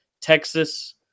Texas